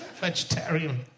vegetarian